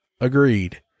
Agreed